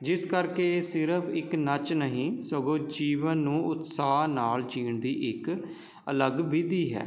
ਜਿਸ ਕਰਕੇ ਇਹ ਸਿਰਫ਼ ਇੱਕ ਨੱਚ ਨਹੀਂ ਸਗੋਂ ਜੀਵਨ ਨੂੰ ਉਤਸਾਹ ਨਾਲ਼ ਜੀਣ ਦੀ ਇੱਕ ਅਲੱਗ ਵਿਧੀ ਹੈ